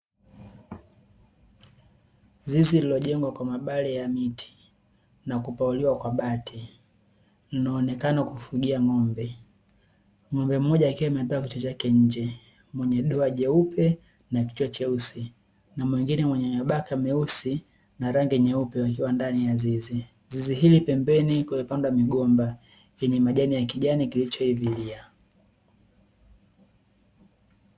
Zizi lililojengwa kwa mabale ya miti na kupauliwa kwa bati linaonekana kufugia ng'ombe, ng'ombe mmoja akiwa ametoa kichwa chake nje mwenye doa jeupe na kichwa cheusi na mwingine mwenye mabaka meusi na rangi nyeupe wakiwa ndani ya zizi, zizi hili pembeni kumepandwa migomba yenye majani ya kijani kilichoivilia.